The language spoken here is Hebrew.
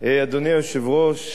אדוני היושב-ראש,